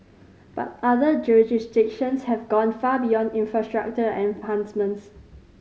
but other jurisdictions have gone far beyond infrastructure enhancements